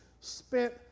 spent